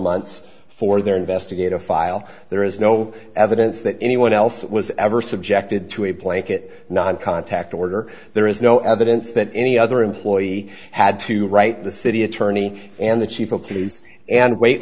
months for their investigative file there is no evidence that anyone else was ever subjected to a blanket non contact order there is no evidence that any other employee had to write the city attorney and the chief of police and wait